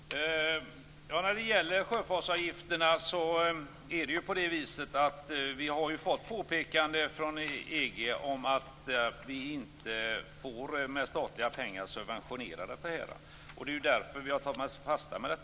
Fru talman! När det gäller sjöfartsavgifterna har vi ju fått påpekanden från EG om att vi inte får subventionera det här med statliga pengar. Vi har tagit fasta på det.